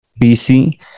BC